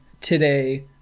today